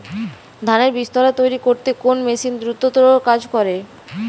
ধানের বীজতলা তৈরি করতে কোন মেশিন দ্রুততর কাজ করে?